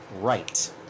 Right